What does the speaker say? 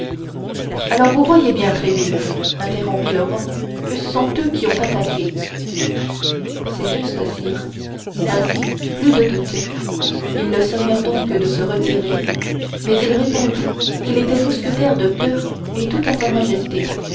alors vous voyez bien tréville interrompit le roi que ce sont eux qui ont attaqué c'est juste sire ainsi plus de doute ils le sommèrent donc de se retirer mais il répondit qu'il était mousquetaire de coeur et tout à sa majesté